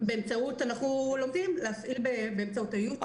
אנחנו לומדים להפעיל באמצעות היוטיוב ובזום.